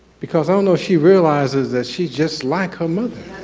because i don't know she realizes that she's just like her mother.